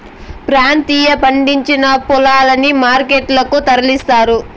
ప్రాంతీయంగా పండించిన పూలని మార్కెట్ లకు తరలిస్తారు